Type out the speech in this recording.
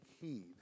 heed